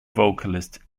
vocalist